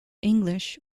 english